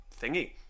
Thingy